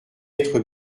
être